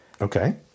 Okay